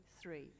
three